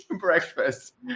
breakfast